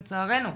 לצערנו,